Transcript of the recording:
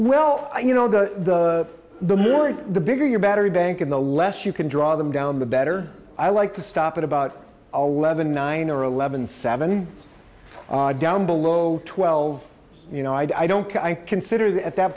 well you know the the moon the bigger your battery bank and the less you can draw them down the better i like to stop at about a lemon nine or eleven seventy down below twelve you know i don't consider that at that